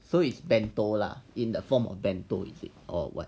so it's bento lah in the form of bento is it or what